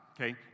okay